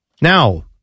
Now